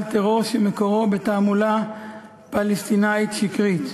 טרור שמקורו בתעמולה פלסטינית שקרית,